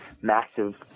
massive